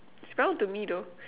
it's brown to me though